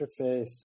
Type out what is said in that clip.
interface